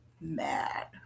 mad